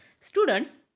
students